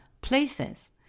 Places